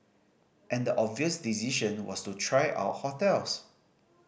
and the obvious decision was to try out hotels